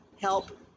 help